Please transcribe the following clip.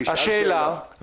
תשאל שאלה.